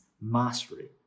mastery